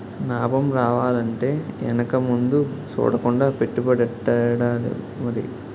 నాబం రావాలంటే ఎనక ముందు సూడకుండా పెట్టుబడెట్టాలి మరి